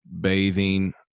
bathing